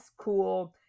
cool